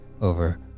over